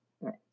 right